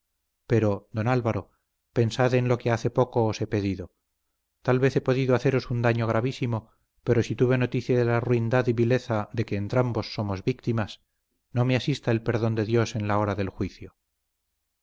pero don álvaro pensad en lo que hace poco os he pedido tal vez he podido haceros un daño gravísimo pero si tuve noticia de la ruindad y vileza de que entrambos somos víctimas no me asista el perdón de dios en la hora del juicio